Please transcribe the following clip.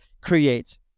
create